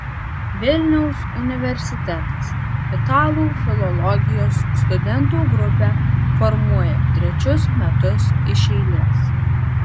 vilniaus universitetas italų filologijos studentų grupę formuoja trečius metus iš eilės